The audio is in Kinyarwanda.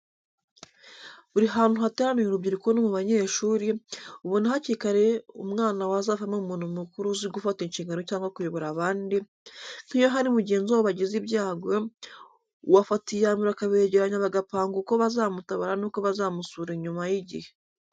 Buri hantu hateraniye urubyiruko no mu banyeshuri, ubona hakiri kare umwana wazavamo umuntu mukuru uzi gufata inshingano cyangwa kuyobora abandi, nk'iyo hari mugenzi wabo wagize ibyago, uwo afata iya mbere akabegeranya bagapanga uko bazamutabara n'uko bazamusura nyuma y'igihe.